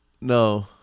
No